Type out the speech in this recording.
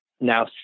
Now